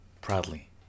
Proudly